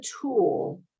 tool